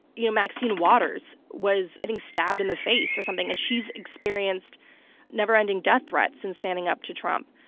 you know, maxine waters was, i think, stabbed in the face or something, and she's experienced neverending death threats in standing up to trump.